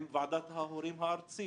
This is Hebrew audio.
עם ועדת ההורים הארצית.